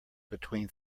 between